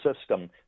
system